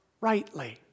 rightly